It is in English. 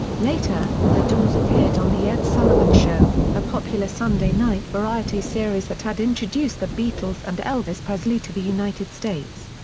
later, the doors appeared on the ed sullivan show, a popular sunday night variety series that had introduced the beatles and elvis presley to the united states.